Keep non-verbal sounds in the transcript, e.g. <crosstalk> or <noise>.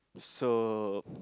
so <breath>